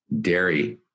dairy